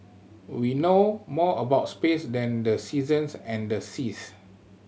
we know more about space than the seasons and the seas